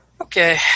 Okay